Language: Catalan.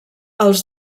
als